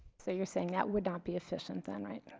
so you're saying that would not be efficient than right?